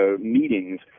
meetings